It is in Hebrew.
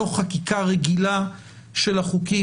בתוך חקיקה רגילה של החוקים.